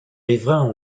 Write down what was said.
riverains